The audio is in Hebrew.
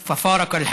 והוא נפטר,